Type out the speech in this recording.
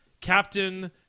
Captain